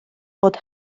fod